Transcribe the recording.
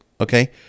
okay